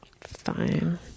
Fine